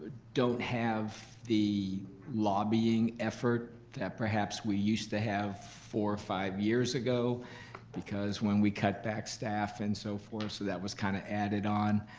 don't have the lobbying effort that perhaps we used to have four, five years ago because, when we cut back staff and so forth, that was kind of added on.